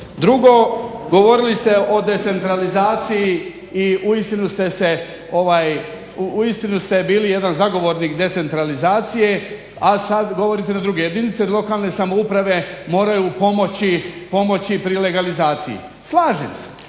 Drugo, govorili ste o decentralizaciji i uistinu ste bili jedan zagovornik decentralizacije, a sada govorite na druge. Jedinice lokalne samouprave moraju pomoći pri legalizaciji. Slažem se,